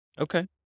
Okay